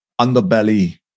underbelly